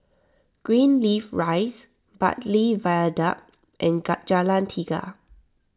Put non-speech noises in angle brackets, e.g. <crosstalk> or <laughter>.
Greenleaf Rise Bartley Viaduct and <unintelligible> Jalan Tiga